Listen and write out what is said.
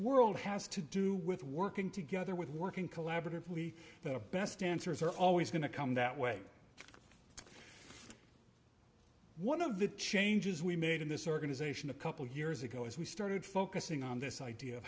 world has to do with working together with working collaboratively the best dancers are always going to come that way one of the changes we made in this organization a couple of years ago is we started focusing on this idea of